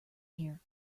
here